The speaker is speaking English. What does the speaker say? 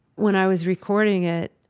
when i was recording it,